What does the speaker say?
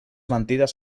mentides